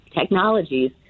technologies